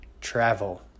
Travel